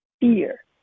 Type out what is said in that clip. fear